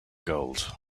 gold